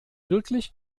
wirklich